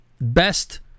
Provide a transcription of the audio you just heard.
best